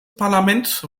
parlament